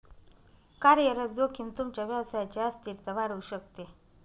कार्यरत जोखीम तुमच्या व्यवसायची अस्थिरता वाढवू शकते